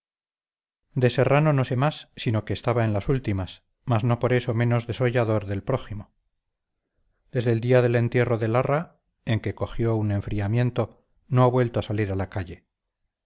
de serrano no sé más sino que estaba en las últimas mas no por eso menos desollador del prójimo desde el día del entierro de larra en que cogió un enfriamiento no ha vuelto a salir a la calle